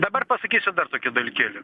dabar pasakysiu dar tokių dalykėlių